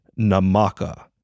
Namaka